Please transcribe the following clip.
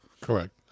Correct